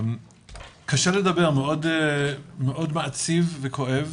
קשה לי לדבר, מאוד, מאוד מעציב וכואב